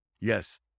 Yes